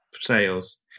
Sales